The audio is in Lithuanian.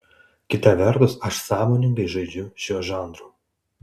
kita vertus aš sąmoningai žaidžiu šiuo žanru